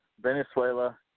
Venezuela